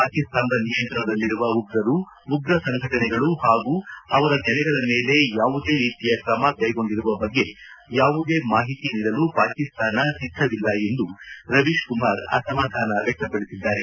ಪಾಕಿಸ್ತಾನದ ನಿಯಂತ್ರಣದಲ್ಲಿರುವ ಉಗ್ರರು ಉಗ್ರ ಸಂಘಟನೆಗಳು ಹಾಗೂ ಅವರ ನೆಲೆಗಳ ಮೇಲೆ ಯಾವುದೇ ರೀತಿಯ ಕ್ರಮ ಕೈಗೊಂಡಿರುವ ಬಗ್ಗೆ ಯಾವುದೇ ಮಾಹಿತಿ ನೀಡಲು ಪಾಕಿಸ್ತಾನ ಸಿದ್ದವಿಲ್ಲ ಎಂದು ರವೀಶ್ ಕುಮಾರ್ ಅಸಮಾಧಾನ ವ್ಯಕ್ತಪಡಿಸಿದ್ದಾರೆ